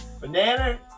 banana